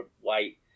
white